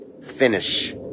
finish